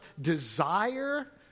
desire